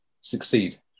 succeed